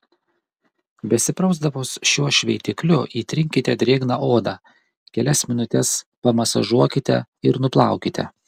besiprausdamos šiuo šveitikliu įtrinkite drėgną odą kelias minutes pamasažuokite ir nuplaukite